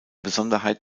besonderheit